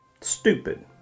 Stupid